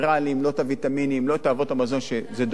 לא את אבות המזון שדרושים להם.